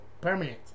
permanent